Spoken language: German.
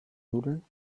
nudeln